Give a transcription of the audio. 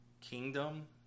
kingdom